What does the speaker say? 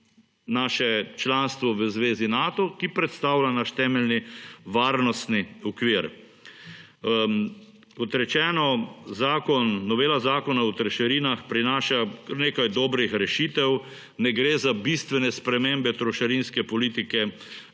naše članstvo v Zvezi Nato, ki predstavlja naš temeljni varnostni okvir. Kot rečeno, novela Zakona o trošarinah prinaša kar nekaj dobrih rešitev. Ne gre za bistvene spremembe trošarinske politike v